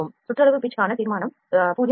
சுற்றளவு pitch கான தீர்மானம் 0